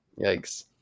Yikes